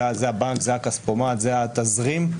זה הבנק, זה הכספומט, זה התזרים.